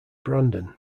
brandon